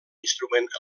instrument